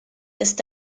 ist